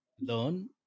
learn